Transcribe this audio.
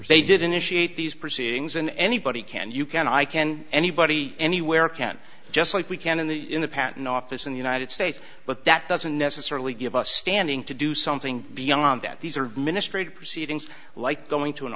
se did initiate these proceedings and anybody can you can i can anybody anywhere can just like we can in the in the patent office in the united states but that doesn't necessarily give us standing to do something beyond that these are ministry proceedings like going to an